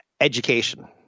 Education